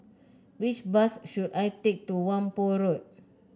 which bus should I take to Whampoa Road